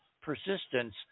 persistence